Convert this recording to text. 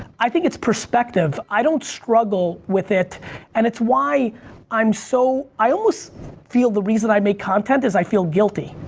i think it's perspective. i don't struggle with it and it's why i'm so, i almost feel the reason i make content is i feel guilty.